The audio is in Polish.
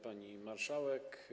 Pani Marszałek!